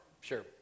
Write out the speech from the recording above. Sure